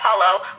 Apollo